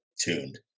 tuned